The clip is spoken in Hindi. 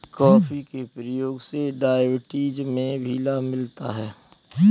कॉफी के प्रयोग से डायबिटीज में भी लाभ मिलता है